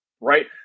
right